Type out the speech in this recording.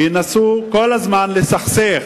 ינסו כל הזמן לסכסך.